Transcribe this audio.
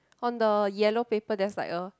on the yellow paper there's like a